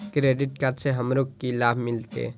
Credit card से हमरो की लाभ मिलते?